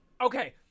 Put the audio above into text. Okay